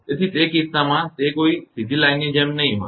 તેથી તે કિસ્સામાં તે કોઈ સીધી લાઇનની જેમ નહીં હોય